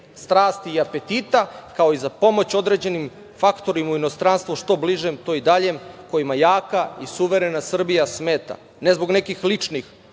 strasti i apetita, kao i za pomoć određenim faktorima u inostranstvu, što bližem, to i daljem, kojima jaka i suverena Srbija smeta, ne zbog nekih ličnih